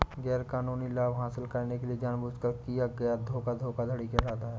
गैरकानूनी लाभ हासिल करने के लिए जानबूझकर किया गया धोखा धोखाधड़ी कहलाता है